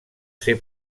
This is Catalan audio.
ser